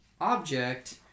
object